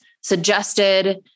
suggested